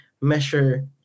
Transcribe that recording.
measure